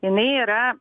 jinai yra